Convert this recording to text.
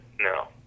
no